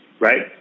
right